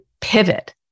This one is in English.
pivot